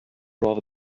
rather